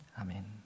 Amen